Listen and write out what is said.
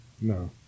No